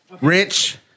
Rich